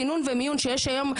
סינון ומיון שיש היום,